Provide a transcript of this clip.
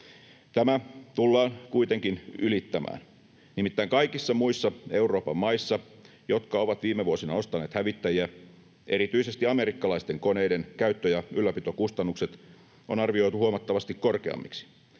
Tämä tullaan kuitenkin ylittämään. Nimittäin kaikissa muissa Euroopan maissa, jotka ovat viime vuosina ostaneet hävittäjiä, erityisesti amerikkalaisten koneiden käyttö‑ ja ylläpitokustannukset on arvioitu huomattavasti korkeammiksi.